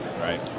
Right